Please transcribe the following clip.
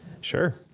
Sure